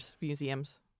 museums